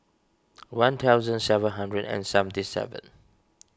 one thousand seven hundred and seventy seven